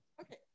okay